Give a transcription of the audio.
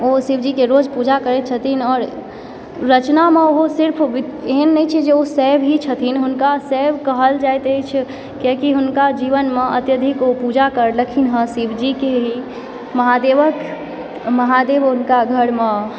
ओ शिवजीके रोज पूजा करैत छथिन आओर रचनामऽ ओहो सिर्फ एहन नहि छै जे ओ शैव ही छथिन हुनका शैव कहल जाइत अछि किआकि हुनका जीवनमे अत्यधिक ओ पूजा करलखिन हँ शिवजीके ही महादेवकऽ महादेव हुनका घरमऽ